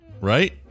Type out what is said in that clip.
Right